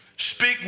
Speak